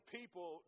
people